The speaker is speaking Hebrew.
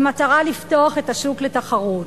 במטרה לפתוח את השוק לתחרות.